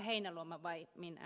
heinäluoma vai minä